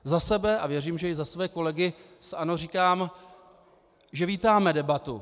Za sebe a věřím, že i za své kolegy z ANO, říkám, že vítáme debatu.